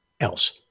else